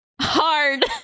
Hard